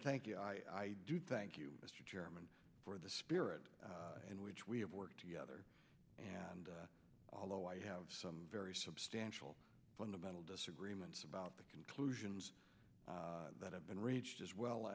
thank you i do thank you mr chairman for the spirit in which we have worked together and although i have some very substantial fundamental disagreements about the conclusions that have been reached as well